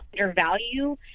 undervalue